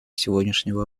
сегодняшнего